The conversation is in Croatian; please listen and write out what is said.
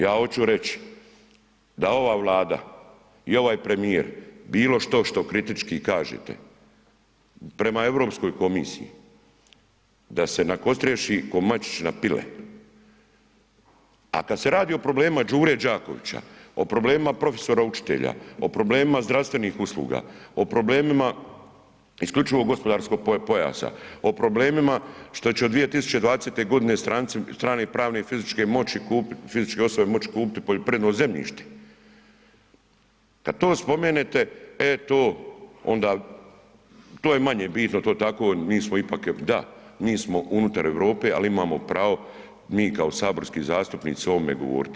Ja oću reći da ova Vlada i ovaj premijer bilo što što kritički kažete prema Europskoj komisiji, da se nakostriši ko mačić na pile, a kad se radi o problemima Đure Đakovića, o problemima profesora učitelja, o problemima zdravstvenih usluga, o problemima isključivog gospodarskog pojasa, o problemima što će od 2020. godine stranci, strane pravne i fizičke moći, osobe moći kupiti poljoprivredno zemljište, kad to spomenete e to onda to je manje bitno to tako mi smo ipak, da mi smo unutar Europe, ali imamo pravo mi kao saborski zastupnici o ovome govoriti.